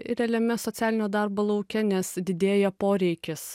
realiame socialinio darbo lauke nes didėja poreikis